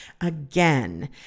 Again